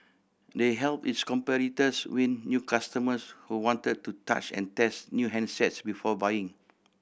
they help its competitors win new customers who wanted to touch and test new handsets before buying